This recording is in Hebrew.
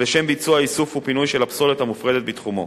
לשם ביצוע איסוף ופינוי של הפסולת המופרדת בתחומו.